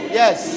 yes